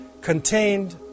contained